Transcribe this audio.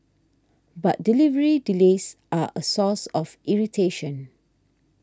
but delivery delays are a source of irritation